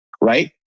Right